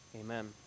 Amen